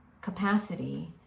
capacity